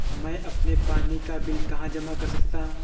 मैं अपने पानी का बिल कहाँ जमा कर सकता हूँ?